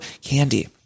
Candy